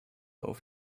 auf